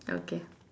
okay